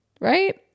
Right